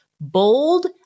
bold